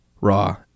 raw